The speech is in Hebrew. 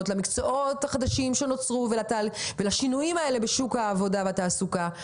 למקצועות החדשים שנוצרו ולשינויים בשוק העבודה והתעסוקה,